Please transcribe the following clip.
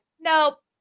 nope